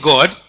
God